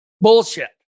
bullshit